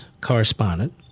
correspondent